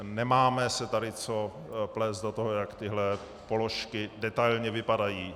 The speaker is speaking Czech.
Nemáme se tady co plést do toho, jak tyto položky detailně vypadají.